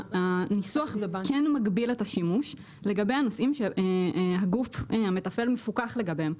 הניסוח כן מגביל את השימוש לגבי הנושאים שהגוף המתפעל מפוקח לגביהם.